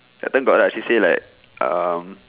that time got ah she say like um